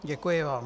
Děkuji vám.